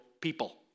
people